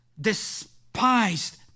despised